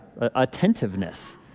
attentiveness